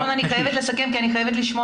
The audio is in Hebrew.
אנחנו צריכים להתקדם כי אני חייבת לשמוע